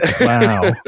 Wow